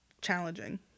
challenging